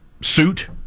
suit